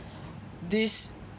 this